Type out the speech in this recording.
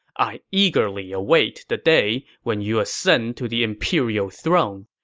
i eagerly await the day when you ascend to the imperial throne.